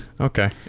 Okay